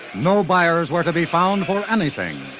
no buyers were to be found for anything.